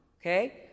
okay